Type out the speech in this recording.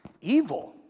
Evil